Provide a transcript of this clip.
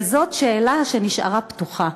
וזאת שאלה שנשארה פתוחה,